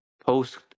post